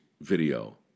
video